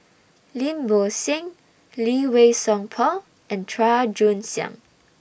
Lim Bo Seng Lee Wei Song Paul and Chua Joon Siang